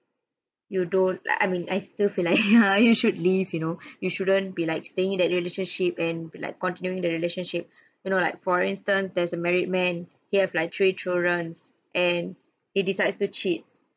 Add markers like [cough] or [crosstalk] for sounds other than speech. you don't like I mean I still feel like [laughs] ha you should leave you know you shouldn't be like staying in that relationship and be like continuing the relationship you know like for instance there's a married man he have like three children's and he decides to cheat